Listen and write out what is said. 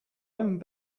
own